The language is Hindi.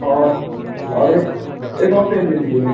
और और एक एक और पेन दे दीजिए